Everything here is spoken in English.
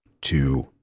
two